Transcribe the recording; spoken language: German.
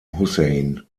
hussein